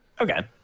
Okay